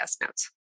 notes